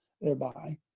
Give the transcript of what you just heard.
thereby